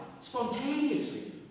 spontaneously